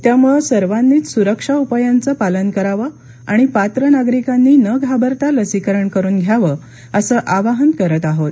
त्यामुळे सर्वानीच सुरक्षा उपायांचं पालन करावं आणि पात्र नागरिकांनी न घाबरता लसीकरण करून घ्यावं असं आवाहन करत आहोत